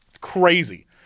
Crazy